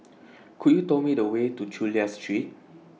Could YOU Tell Me The Way to Chulia Street